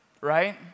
right